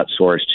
outsourced